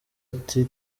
ati